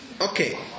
Okay